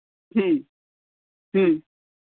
ᱦᱮᱸ ᱦᱮᱸ